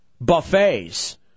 buffets